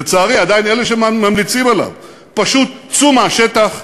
לצערי, עדיין אלה שממליצים עליו: פשוט צאו מהשטח,